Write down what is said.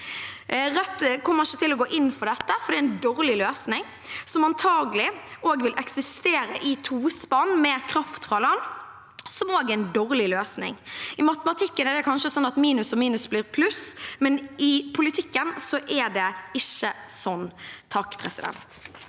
Rødt kommer ikke til å gå inn for dette, for det er en dårlig løsning, som antakelig også vil eksistere i tospann med kraft fra land, som også er en dårlig løsning. I matematikken er det kanskje sånn at minus og minus blir pluss, men i politikken er det ikke sånn. Ola Elvestuen